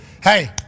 hey